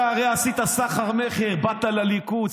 אתה הרי עשית סחר-מכר: באת לליכוד,